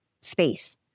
space